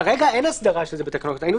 כרגע אין הסדרה שזה בתקנות.